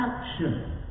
action